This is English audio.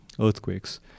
earthquakes